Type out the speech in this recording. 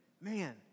man